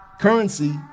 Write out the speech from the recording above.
Currency